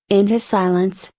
in his silence,